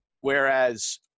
whereas